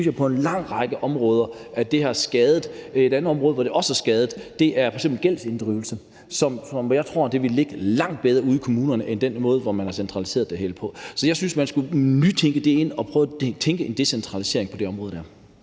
områder har gjort skade. Et andet område, det også har skadet, er f.eks. gældsinddrivelsen. Jeg tror, at den ville ligge langt bedre ude i kommunerne, i stedet for at man har centraliseret det hele. Så jeg synes, at man skulle nytænke det og prøve at tænke decentralisering på det her område.